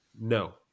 No